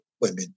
women